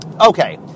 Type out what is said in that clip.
Okay